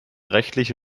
rechtliche